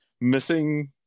missing